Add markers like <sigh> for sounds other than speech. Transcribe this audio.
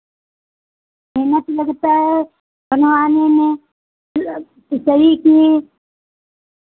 मेहनत लगता है बनवाने में <unintelligible> की